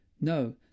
No